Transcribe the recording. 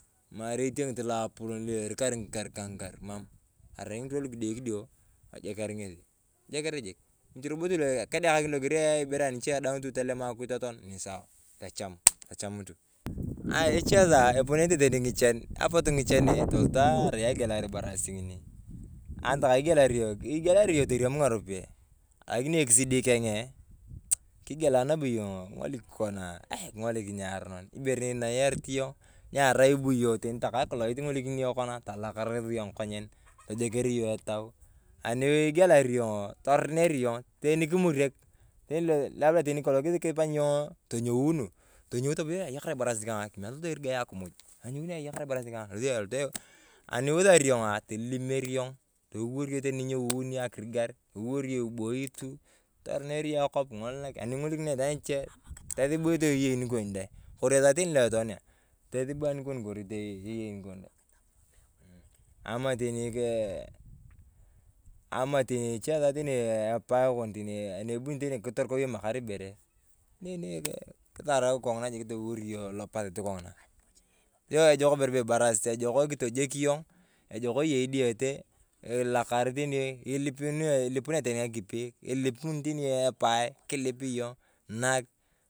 Maree etieng’it liapolon lo irikari ng’ikaar ka ng’ikaar. Mam, arai ng’irwa ng’ikidikidio tojeker nges, tojeker jik. Mat robo kedekakin loger eeh aibore aniche daang tu tolema akuje titan nisawa. Tocham, tocham tu. Ng'ae ng’ache saa eponenete tani ng’ichan. Apot ng’ichan toloto a egelar ibarasil ng'oni, anitakae igelar yong, igelar yong toriem ng'aropeyae lakini ekisidii keng’e, jeek, kigele nabo yong king’olik kona aae king’olik niaronon. Ibere inayarit yong, nyarai ibu yong takar kilot ing’olikini yong kona tolakaros yong ng’akonyen, tojeker yong etau. Ani igelar yong’oo toroner yong, teni kimureng, ilee, teni kolong ng'esi kisipany nyong’oo tonyaunu, tonyou tamaa be ayakar ibarasil kong’aa, alosi alot a, ani lusari yong’oo tolilimer yong, toliwor yong teni nyinyeuni akirigaar, toliwor yong iboi tu, toruner yong akop, aning’olikini na aitwaan aniche, tosibu anikon kori teyei niuon dee. Ama teni keep ama teni eche esaa teni epae kon teni anibuni teni kiterukau yong lopasit jik kong'ina. Kwaa ejok ibere be ibarasil, ejoko kitojoki yong ejoko eyei diyete, ilakaar teni ilipunea teni ng’akipi, ilipuni teni epae kilip yong naak.